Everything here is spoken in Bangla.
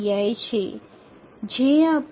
সুতরাং ti হল